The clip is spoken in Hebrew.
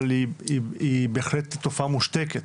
אבל היא בהחלט תופעה מושתקת,